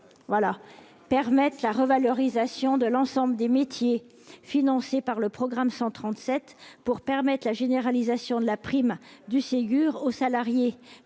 permettent la revalorisation de l'ensemble des métiers, financé par le programme 137 pour permettre la généralisation de la prime du Ségur aux salariés